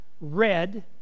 red